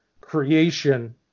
creation